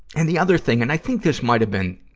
and the other thing and i think this might have been,